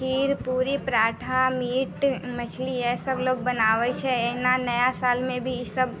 खीर पूड़ी पराठा मीट मछली इएहसब लोक बनाबै छै एहिना नया सालमे भी ईसब